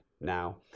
now